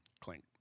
Clink